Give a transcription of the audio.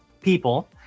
people